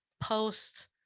post